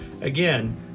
Again